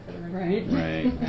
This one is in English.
Right